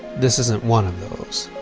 this isn't one of those.